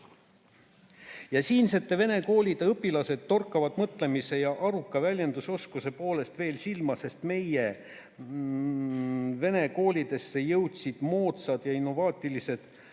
siinsete vene koolide õpilased torkavad mõtlemise ja/või aruka väljendusoskuse poolest veel silma, sest meie nn vene koolidesse jõudsid moodsad ja "innovaatilised"